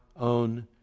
own